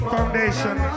Foundation